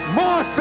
more